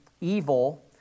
evil